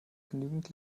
genügend